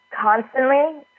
constantly